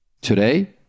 today